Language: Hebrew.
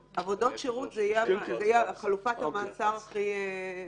עבודות שירות היא חלופת המעצר הכי שכיחה.